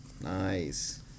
Nice